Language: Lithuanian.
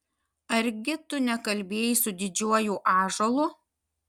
argi tu nekalbėjai su didžiuoju ąžuolu